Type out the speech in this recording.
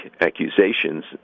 accusations